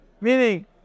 meaning